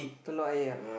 Telok-Ayer ah